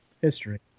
history